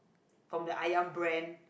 from the ayam brand